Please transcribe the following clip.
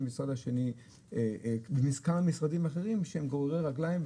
ולצידו כמה משרדים אחרים שגוררים רגליים.